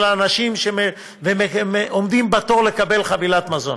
של אנשים שעומדים בתור לקבל חבילת מזון,